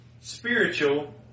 spiritual